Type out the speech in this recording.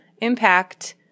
impact